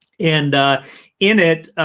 and in it,